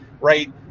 right